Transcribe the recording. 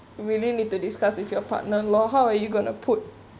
really need to discuss with your partner lor how are you gonna put